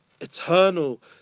eternal